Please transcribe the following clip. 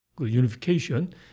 Unification